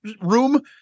room